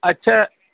اچھا